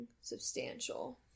substantial